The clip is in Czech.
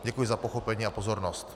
Děkuji za pochopení a pozornost.